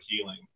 healing